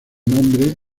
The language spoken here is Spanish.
nombre